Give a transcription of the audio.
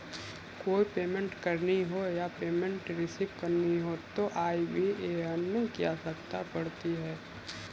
कोई पेमेंट करनी हो या पेमेंट रिसीव करनी हो तो आई.बी.ए.एन की आवश्यकता पड़ती है